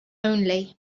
only